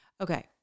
Okay